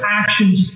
actions